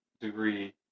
degree